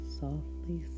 softly